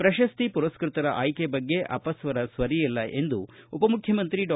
ಪ್ರಶಸ್ತಿ ಪುರಸ್ಕೃತರ ಆಯ್ಕೆ ಬಗ್ಗೆ ಅಪಸ್ವರ ಸರಿಯಲ್ಲ ಎಂದು ಉಪ ಮುಖ್ಕಮಂತ್ರಿ ಡಾ